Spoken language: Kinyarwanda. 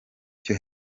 cyo